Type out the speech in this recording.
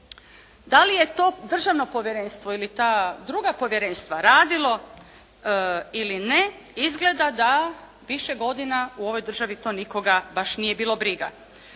Da li je to državna povjerenstvo ili ta druga povjerenstva radilo ili ne izgleda da više godina u ovoj državi to nikoga baš nije bilo briga